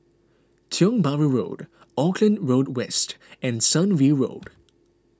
Tiong Bahru Road Auckland Road West and Sunview Road